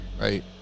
right